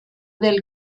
del